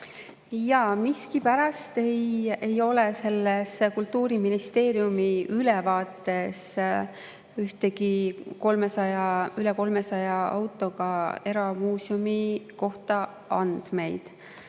Jaa, miskipärast ei ole Kultuuriministeeriumi ülevaates ühegi üle 300 autoga eramuuseumi kohta andmeid.